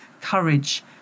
courage